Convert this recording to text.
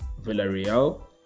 Villarreal